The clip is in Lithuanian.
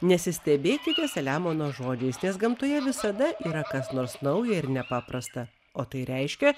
nesistebėkite selemono žodžiais nes gamtoje visada yra kas nors nauja ir nepaprasta o tai reiškia